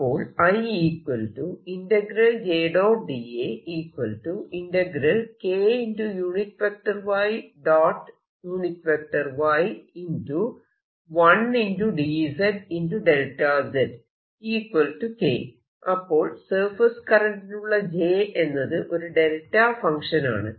അപ്പോൾ അപ്പോൾ സർഫേസ് കറന്റിനുള്ള j എന്നത് ഒരു ഡെൽറ്റ ഫങ്ക്ഷൻ ആണ്